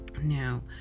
Now